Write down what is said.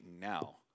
now